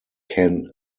can